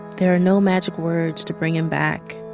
there are no magic words to bring him back.